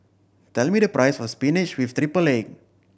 tell me the price of spinach with triple egg